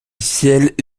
ciel